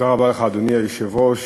אדוני היושב-ראש,